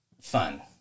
fun